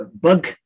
bug